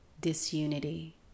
disunity